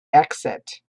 exit